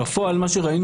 בפועל, ראינו